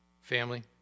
family